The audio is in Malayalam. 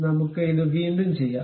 നമുക്ക് ഇത് വീണ്ടും ചെയ്യാം